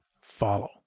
follow